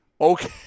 okay